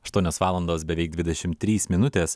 aštuonios valandos beveik dvidešimt trys minutės